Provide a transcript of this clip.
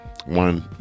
one